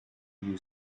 you